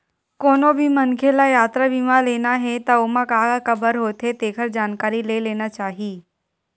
कोनो भी मनखे ल यातरा बीमा लेना हे त ओमा का का कभर होथे तेखर जानकारी ले लेना चाही